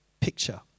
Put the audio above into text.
picture